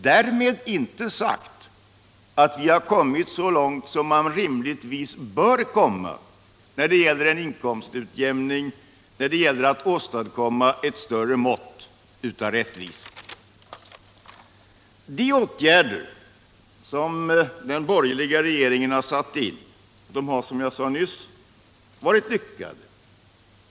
Därmed inte sagt att vi har kommit så långt som man rimligtvis bör komma när det gäller en inkomstutjämning och när det gäller att åstadkomma ett större mått av rätl visa. De åtgärder som den borgerliga regeringen har satt in har. som jag sade nyss, I denna mening varit lyckade.